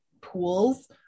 pools